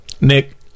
Nick